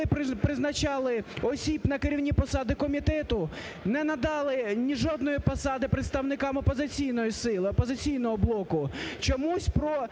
призначали осіб на керівні посади комітету, не надали ні жодної посади представникам опозиційної сили, "Опозиційного блоку"?